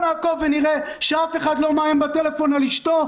נעקוב ונראה שאף אחד לא מאיים בטלפון על אשתו?